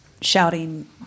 shouting